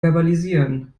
verbalisieren